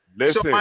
Listen